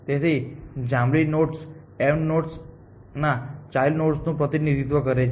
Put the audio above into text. તેથી આ જાંબલી નોડ્સ m નોડ ના ચાઈલ્ડ નોડ નું પ્રતિનિધિત્વ કરે છે